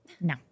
No